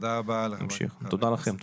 תודה לכם.